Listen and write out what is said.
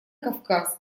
кавказ